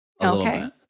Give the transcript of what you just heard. Okay